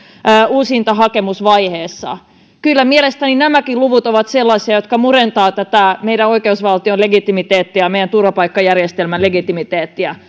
uusintahakemusvaiheessa kyllä mielestäni nämäkin luvut ovat sellaisia jotka murentavat meidän oikeusvaltiomme legitimiteettiä meidän turvapaikkajärjestelmämme legitimiteettiä